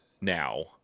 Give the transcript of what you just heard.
now